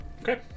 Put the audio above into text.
Okay